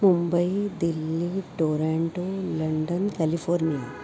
Mumbai Delhi Toronto London California